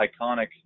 iconic